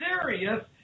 serious